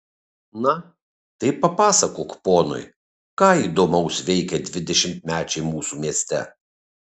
na tai papasakok ponui ką įdomaus veikia dvidešimtmečiai mūsų mieste